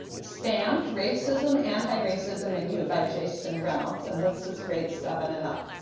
stamped racism, anti-racism and you by jason reynolds, and this is grade seven and up.